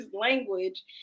language